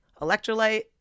electrolyte